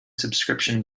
subscription